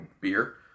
beer